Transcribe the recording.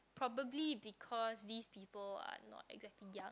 probably because these people are not exactly young